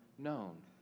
known